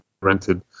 rented